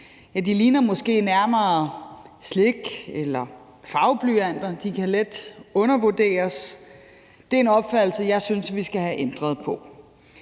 de ligner måske nærmere slik eller farveblyanter. De kan let undervurderes. Det er en opfattelse, jeg synes vi skal have ændret på.